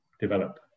develop